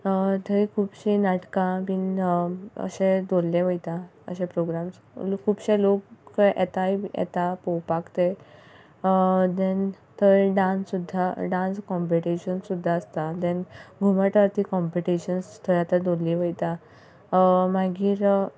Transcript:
थंय खुबशी नाटकां बी अशें दवरलें वयता अशें प्रोग्राम्स खुबशे लोक येताय बी येता पळोवपाक ते देन थंय डान्स सुद्दां डान्स काँपिटीशन सुद्दां आसता देन काँपिटीशन्स थंय आतां दवरलीं वयतात मागीर